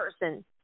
person